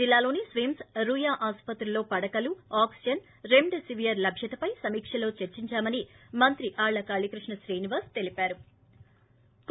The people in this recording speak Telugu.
జిల్లాలోని స్విమ్స్ రుయా ఆసుపత్రుల్లో పడకలు ఆక్సిజన్ రెమ్డెసివిర్ లభ్యతపై సమీక్షలో చర్చిందామని మంత్రి ఆళ్ళ నాని తెలిపారు